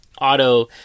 auto